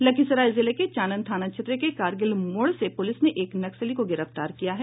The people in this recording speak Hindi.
लखीसराय जिले के चानन थाना क्षेत्र के करगिल मोड़ से पूलिस ने एक नक्सली को गिरफ्तार किया है